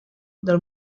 del